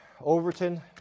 Overton